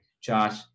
Josh